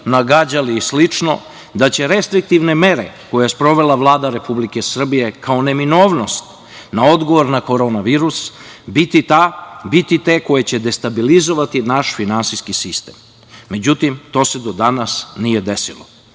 nagađali i slično da će restriktivne mere koje sprovela Vlada Republike Srbije, kao neminovnost na odgovor na korona virus, biti te koje će destabilizovati naš finansijski sistem. Međutim, to se do danas nije